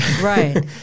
Right